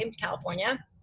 California